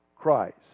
Christ